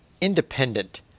independent